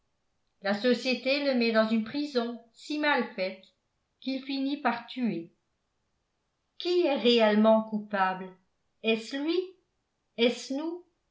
la société le met dans une prison si mal faite qu'il finit par tuer qui est réellement coupable est-ce lui est-ce